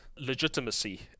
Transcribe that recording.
legitimacy